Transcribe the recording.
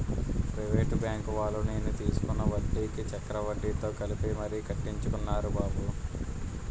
private బాంకువాళ్ళు నేను తీసుకున్న వడ్డీకి చక్రవడ్డీతో కలిపి మరీ కట్టించుకున్నారురా బాబు